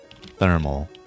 Thermal